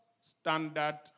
standard